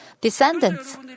descendants